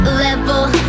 level